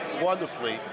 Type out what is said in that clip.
Wonderfully